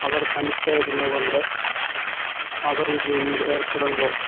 അവർ തനിച്ചായിരുന്നതു കൊണ്ട് അവറീ ഗെയിമിൽ ഏർപ്പെടുമ്പോൾ